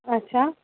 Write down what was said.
اَچھا